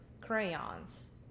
crayons